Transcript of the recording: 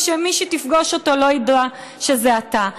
כדי שמי שתפגוש אותו לא ידע שזה אתה.